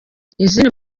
izindi